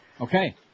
Okay